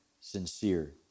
sincere